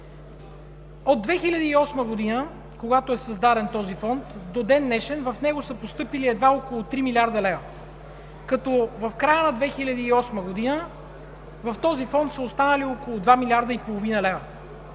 От 2008 г., когато е създаден този фонд, до ден-днешен в него са постъпили едва около три милиарда лева, като в края на 2008 г. в този фонд са останали около два милиарда и половина лева.